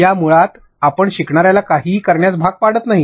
या मुळात आपण शिकणार्याला काहीही करण्यास भाग पाडत नाही